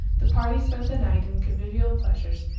the party spent the night in convivial pleasures,